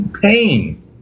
pain